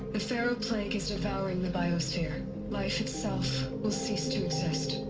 the faro plague is devouring the biosphere life itself will cease to exist